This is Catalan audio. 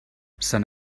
sant